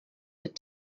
had